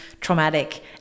traumatic